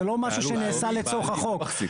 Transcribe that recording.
זה לא משהו שנעשה לצורך החוק.